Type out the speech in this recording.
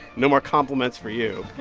no more compliments for you